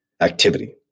activity